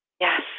Yes